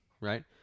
right